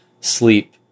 sleep